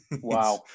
Wow